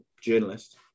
journalist